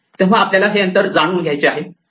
तेव्हा आपल्याला हे अंतर जाणून घ्यायचे आहे